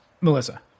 Melissa